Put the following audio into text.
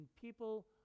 people